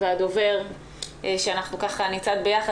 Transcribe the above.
והדובר שככה נצעד ביחד,